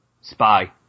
Spy